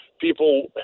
people